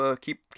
keep